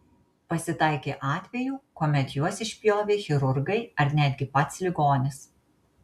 pasitaikė atvejų kuomet juos išpjovė chirurgai ar netgi pats ligonis